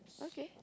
okay